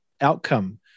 outcome